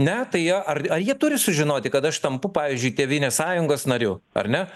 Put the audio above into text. ne tai jie ar ar jie turi sužinoti kad aš tampu pavyzdžiui tėvynės sąjungos nariu ar ne